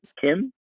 Kim